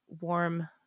warm